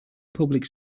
public